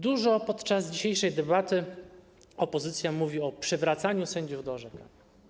Dużo podczas dzisiejszej debaty opozycja mówiła o przywracaniu sędziów do orzekania.